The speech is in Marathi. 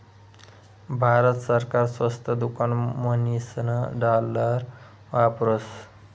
भारत सरकार स्वस्त दुकान म्हणीसन डालर वापरस